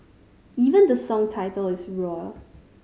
even the song's title is roar